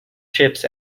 chips